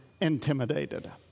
intimidated